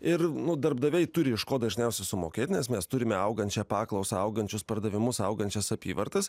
ir nu darbdaviai turi iš ko dažniausiai sumokėti nes mes turime augančią paklausą augančius pardavimus augančias apyvartas